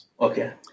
Okay